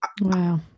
Wow